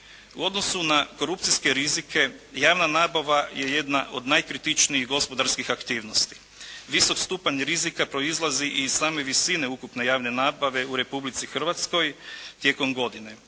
U odnosu na korupcijske rizike javna nabava je jedna od najkritičnijih gospodarskih aktivnosti. Visok stupanj rizika proizlazi i iz same visine ukupne javne nabave u Republici Hrvatskoj tijekom godine.